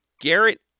Garrett